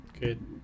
Good